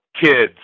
kids